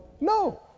no